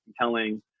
telling